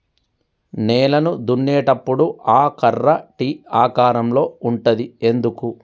నేలను దున్నేటప్పుడు ఆ కర్ర టీ ఆకారం లో ఉంటది ఎందుకు?